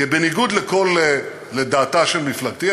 כי בניגוד לדעתה של מפלגתי,